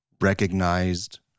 recognized